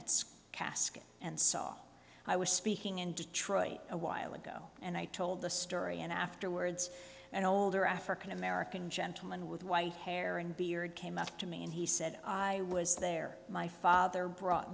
that's casket and saw i was speaking in detroit a while ago and i told the story and afterwards an older african american gentleman with white hair and beard came up to me and he said i was there my father brought